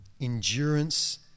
endurance